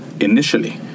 initially